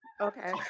okay